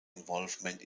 involvement